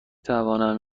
توانم